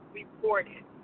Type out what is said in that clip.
reported